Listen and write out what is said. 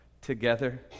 together